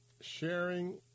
sharing